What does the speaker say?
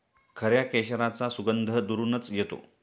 खऱ्या केशराचा सुगंध दुरूनच येतो